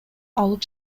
алып